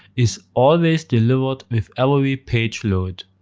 is always delivered with every page load.